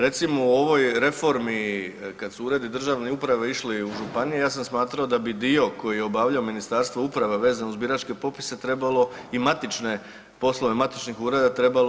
Recimo u ovoj reformi kad su uredi državne uprave išli u županije ja sam smatrao da bi dio koji je obavljao Ministarstvo uprave vezan uz biračke popise trebalo i matične, poslove matičnih ureda trebalo